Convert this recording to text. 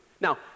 Now